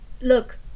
look